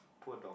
poor dog